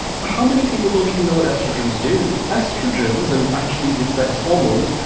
but how many people don't even know what estrogens do estrogens, and actually the sex hormones,